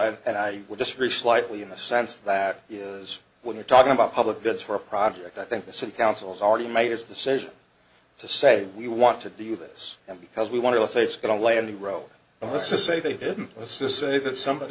well and i would disagree slightly in the sense that is what you're talking about public goods for a project i think the city council's already made its decision to say we want to do this and because we want to say it's going to lay in the road well that's a say they didn't let's just say that some of